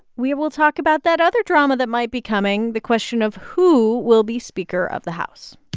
we will talk about that other drama that might be coming the question of, who will be speaker of the house?